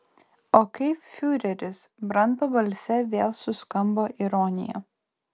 o kaip fiureris branto balse vėl suskambo ironija